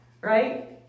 right